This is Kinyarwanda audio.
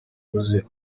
rose